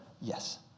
Yes